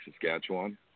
Saskatchewan